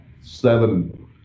seven